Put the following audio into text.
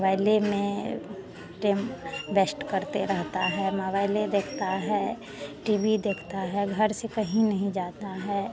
मोबाइले में time waste करता रहता है मोबाइले देखता है टी वी देखता है घर से कहीं नहीं जाता है